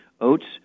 oats